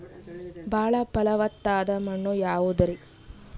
ಬಾಳ ಫಲವತ್ತಾದ ಮಣ್ಣು ಯಾವುದರಿ?